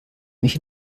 mich